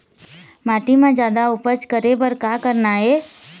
माटी म जादा उपज करे बर का करना ये?